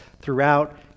throughout